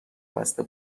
بسته